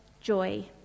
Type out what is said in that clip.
joy